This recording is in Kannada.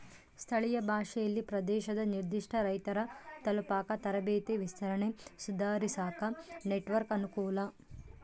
ಸ್ಥಳೀಯ ಭಾಷೆಯಲ್ಲಿ ಪ್ರದೇಶದ ನಿರ್ಧಿಷ್ಟ ರೈತರ ತಲುಪಾಕ ತರಬೇತಿ ವಿಸ್ತರಣೆ ಸುಧಾರಿಸಾಕ ನೆಟ್ವರ್ಕ್ ಅನುಕೂಲ